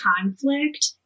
conflict